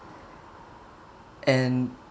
and